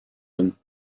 room